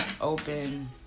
open